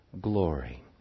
glory